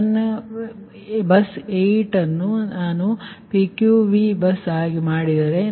ನನ್ನ ಬಸ್ 8 ಅನ್ನು ನಾನು PQV ಬಸ್ ಆಗಿ ಮಾಡಿದರೆ ಸರಿ